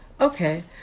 okay